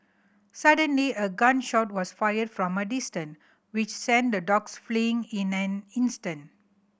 suddenly a gun shot was fired from a distance which sent the dogs fleeing in an instant